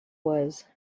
was